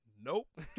Nope